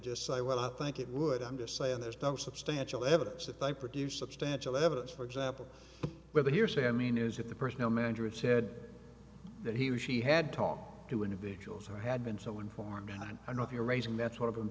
just say well i think it would i'm just saying there's no substantial evidence that they produce substantial evidence for example with hearsay i mean is it the personnel manager said that he was she had talked to individuals who had been so informed and i don't know if you're raising that's one of